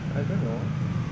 I don't know